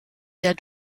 der